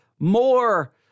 more